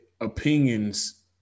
opinions